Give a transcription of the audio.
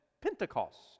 Pentecost